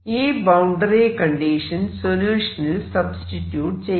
ഈ boundary condition സൊല്യൂഷനിൽ substitute ചെയ്യാം